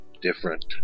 different